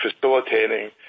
facilitating